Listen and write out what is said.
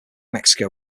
mexico